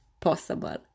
possible